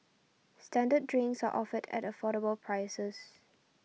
standard drinks are offered at affordable prices